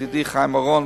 ידידי חיים אורון,